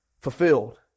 fulfilled